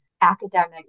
academic